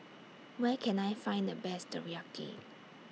Where Can I Find The Best Teriyaki